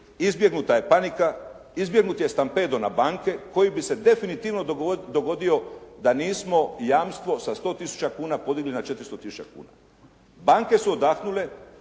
izbjegnuta je panika, izbjegnut je stampedo na banke koji bi se definitivno dogodio da nismo jamstvo sa 100000 kuna podigli na 400000 kuna. Banke su odahnule.